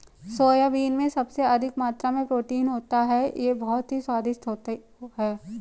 soybean में सबसे अधिक मात्रा में प्रोटीन होता है यह बहुत ही स्वादिष्ट होती हैं